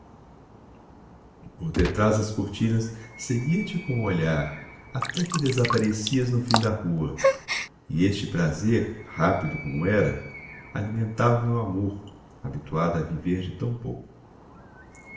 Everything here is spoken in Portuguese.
detrás das cortinas seguia te com o olhar até que desaparecias no fim da rua e este prazer rápido como era alimentava o meu amor habituado a viver de tão pouco